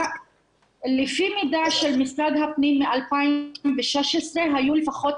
לפי מידע של משרד הפנים מ-2016 היו לפחות